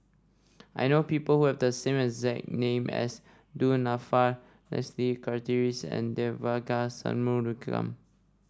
I know people who have the name as Du Nanfa Leslie Charteris and Devagi Sanmugam